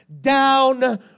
down